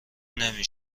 نمی